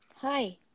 Hi